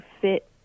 fit